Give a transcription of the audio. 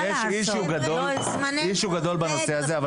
בספורט הישראלי יש אישיו גדול בנושא זה.